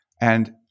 And-